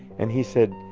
and he said,